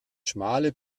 schmale